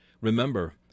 Remember